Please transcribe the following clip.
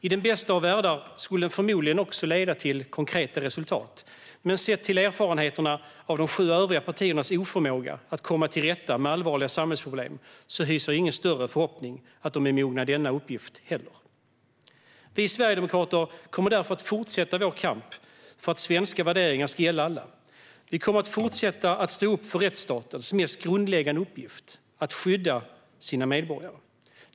I den bästa av världar skulle den förmodligen också leda till konkreta resultat, men sett till erfarenheterna av de sju övriga partiernas oförmåga att komma till rätta med allvarliga samhällsproblem, så hyser jag ingen större förhoppning om att de är mogna denna uppgift heller. Vi sverigedemokrater kommer därför att fortsätta vår kamp för att våra svenska värderingar ska gälla alla. Vi kommer att fortsätta att stå upp för rättsstatens mest grundläggande uppgift att skydda sina medborgare.